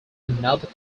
another